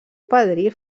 padrí